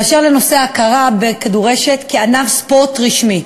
באשר לנושא ההכרה בכדורשת כענף ספורט רשמי,